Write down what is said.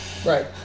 Right